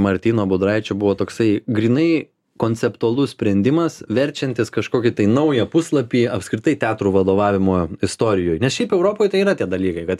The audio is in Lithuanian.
martyno budraičio buvo toksai grynai konceptualus sprendimas verčiantis kažkokį naują puslapį apskritai teatro vadovavimo istorijoj nes šiaip europoj tai yra tie dalykai kad